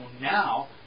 now